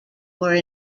were